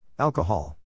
Alcohol